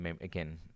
again